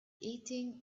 eating